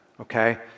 okay